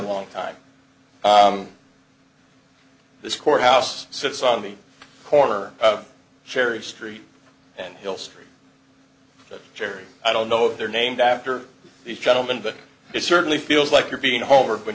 long time this courthouse sits on the corner of sheriff street and hill street cherry i don't know if they're named after these gentlemen but it certainly feels like you're being home when